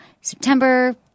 September